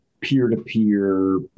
peer-to-peer